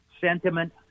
sentiment